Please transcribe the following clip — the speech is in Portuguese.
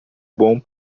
bom